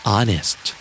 Honest